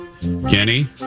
Kenny